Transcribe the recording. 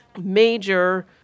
major